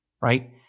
Right